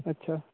अच्छा